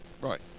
Right